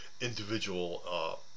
individual